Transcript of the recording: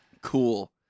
Cool